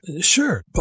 Sure